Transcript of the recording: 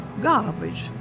garbage